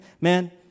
man